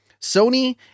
Sony